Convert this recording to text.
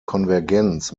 konvergenz